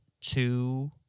two